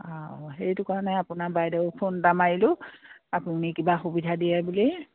অঁ সেইটো কাৰণে আপোনাৰ বাইদেউক ফোন এটা মাৰিলোঁ আপুনি কিবা সুবিধা দিয়ে বুলি